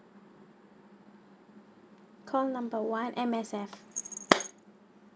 call number one M_S_F